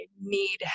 need